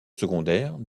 secondaires